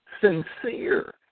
sincere